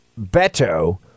Beto